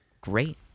Great